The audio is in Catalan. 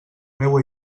meua